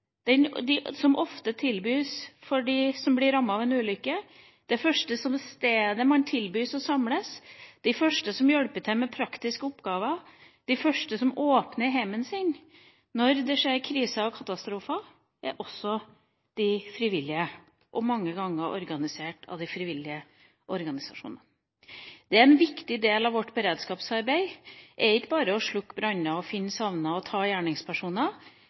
som ofte tilbys dem som blir rammet av en ulykke, gis av frivillige, f.eks. det første stedet man tilbys å samles. De første som hjelper til med praktiske oppgaver og de første som åpner hjemmet sitt når det skjer kriser og katastrofer, er de frivillige – mange ganger organisert av de frivillige organisasjonene. En viktig del av vårt beredskapsarbeid er ikke bare å slukke branner, finne savnede og ta gjerningspersoner